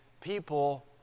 people